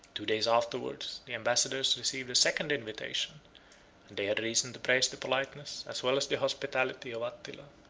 two days afterwards, the ambassadors received a second invitation and they had reason to praise the politeness, as well as the hospitality, of attila.